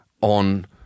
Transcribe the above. on